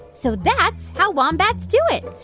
so that's how wombats do it.